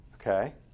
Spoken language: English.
Okay